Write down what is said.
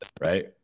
Right